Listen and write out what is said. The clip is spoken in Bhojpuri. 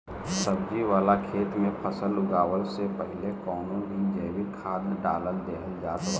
सब्जी वाला खेत में फसल उगवला से पहिले कवनो भी जैविक खाद डाल देहल जात हवे